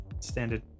standard